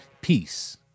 Peace